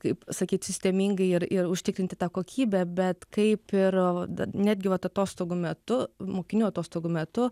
kaip sakyt sistemingai ir ir užtikrinti tą kokybę bet kaip ir netgi vat atostogų metu mokinių atostogų metu